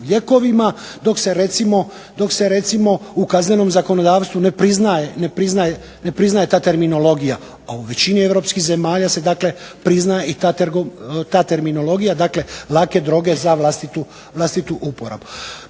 dok se recimo u kaznenom zakonodavstvu ne priznaje ta terminologija, a u većini europskih zemalja se dakle priznaje i ta terminologija, dakle lake droge za vlastitu uporabu.